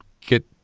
get